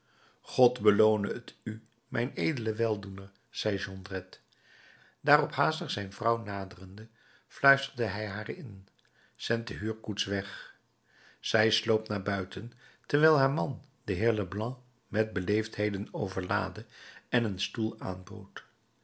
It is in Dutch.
god beloone t u mijn edele weldoener zei jondrette daarop haastig zijn vrouw naderende fluisterde hij haar in zend de huurkoets weg zij sloop naar buiten terwijl haar man den heer leblanc met beleefdheden overlaadde en een stoel aanbood